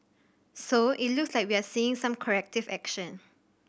so it looks like we are seeing some corrective action